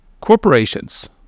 corporations